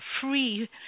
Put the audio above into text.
free